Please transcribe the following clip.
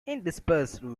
interspersed